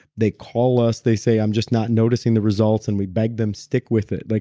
they call us, they say, i'm just not noticing the results, and we beg them, stick with it. like